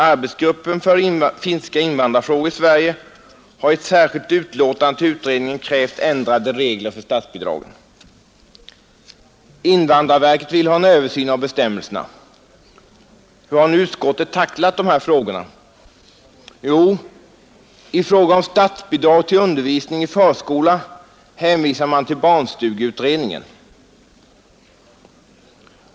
Arbetsgruppen för finska invandrarfrågor i Sverige har i ett särskilt utlåtande till utredningen krävt ändrade regler för statsbidragen. Invandrarverket vill ha en översyn av bestämmelserna. Hur har nu utskottet tacklat dessa frågor? Jo, i fråga om statsbidrag till undervisning i förskolan hänvisar man till barnstugeutredningen.